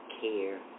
Care